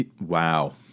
Wow